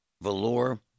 velour